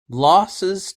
losses